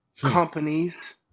companies